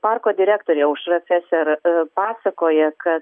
parko direktorė aušra feser pasakoja kad